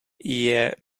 yeah